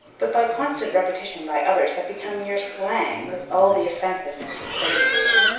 but by constant repetition by others have become mere slang, with all the offensiveness of plagiarism.